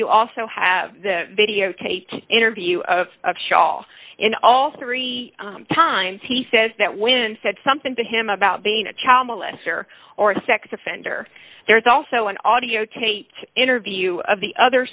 you also have the videotaped interview of shaul in all three times he says that when said something to him about being a child molester or a sex offender there's also an audiotape interview of the other